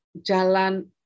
Jalan